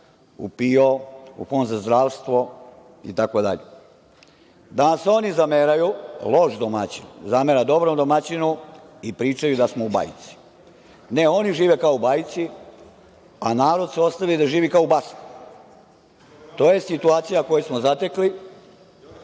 u PIO, u Fond za zdravstvo itd. Danas oni zameraju, loš domaćin zamera dobrom domaćinu i pričaju da smo u bajci. Ne, oni žive kao u bajci, a narod su ostavili da živi kao u basni. To je situacija koju smo zatekli